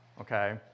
okay